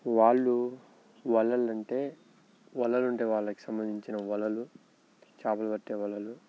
వాళ్ళు వలలు అంటే వలలు ఉంటాయి వాళ్ళకి సంబంధించిన వలలు చేపలు పట్టే వలలు